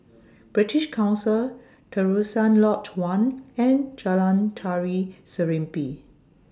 British Council Terusan Lodge one and Jalan Tari Serimpi